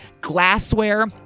glassware